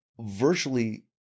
virtually